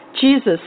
Jesus